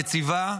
יציבה,